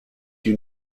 you